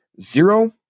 Zero